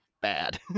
bad